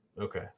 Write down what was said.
Okay